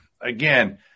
again